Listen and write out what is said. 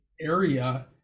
area